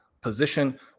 position